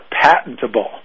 patentable